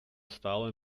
stále